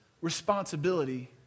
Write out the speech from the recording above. responsibility